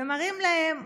והם מראים להם,